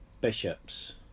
bishops